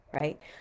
Right